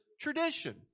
tradition